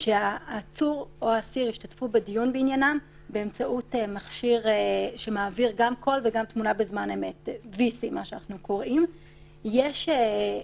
ישתתף בדיון באמצעות מכשיר טכנולוגי שיקצה שירות בתי הסוהר